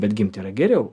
bet gimt yra geriau